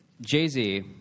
Jay-Z